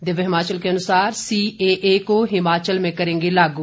दिव्य हिमाचल के अनुसार सीएए को हिमाचल में करेंगे लागू